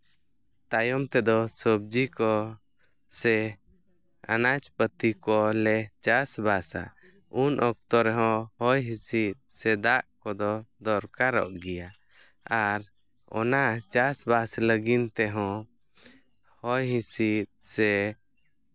ᱛᱟᱭᱚᱢ ᱛᱮᱫᱚ ᱥᱚᱵᱽᱡᱤ ᱠᱚ ᱥᱮ ᱟᱱᱟᱡᱽᱯᱟᱹᱛᱤ ᱠᱚᱞᱮ ᱪᱟᱥᱵᱟᱥᱟ ᱩᱱ ᱚᱠᱛᱚ ᱨᱮᱦᱚᱸ ᱦᱚᱭ ᱦᱤᱸᱥᱤᱫ ᱥᱮ ᱫᱟᱜ ᱠᱚᱫᱚ ᱫᱚᱨᱠᱟᱨᱚᱜ ᱜᱮᱭᱟ ᱟᱨ ᱚᱱᱟ ᱪᱟᱥᱵᱟᱥ ᱞᱟᱹᱜᱤᱫ ᱛᱮᱦᱚᱸ ᱦᱚᱭ ᱦᱤᱸᱥᱤᱫ ᱥᱮ